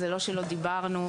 וזה לא שלא דיברנו,